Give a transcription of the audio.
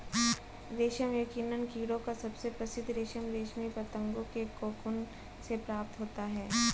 रेशम यकीनन कीड़ों का सबसे प्रसिद्ध रेशम रेशमी पतंगों के कोकून से प्राप्त होता है